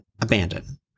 abandon